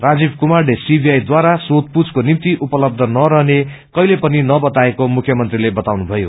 राजीव कुमारले सीवीआई डारा सोच पुछक्को निम्ति उपलबय नरहने कहिल्वे पनि नबताएको मुख्यमन्त्रीले बताउनुभयो